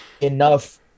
enough